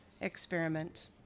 experiment